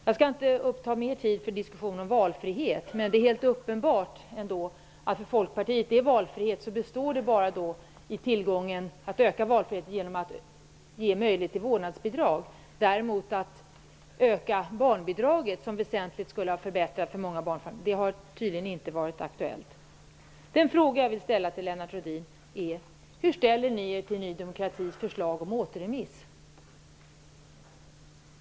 Jag skall inte uppta mer tid för att diskutera valfrihet, men det är ändå helt uppenbart att Folkpartiet vill öka valfriheten bara genom att ge möjlighet till vårdnadsbidrag. Däremot har det tydligen inte varit aktuellt att höja barnbidraget, som väsentligt skulle ha förbättrat för många barnfamiljer. Den fråga jag vill ställa till Lennart Rohdin är: Hur ställer ni er till Ny demokratis förslag om återremiss?